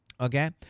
okay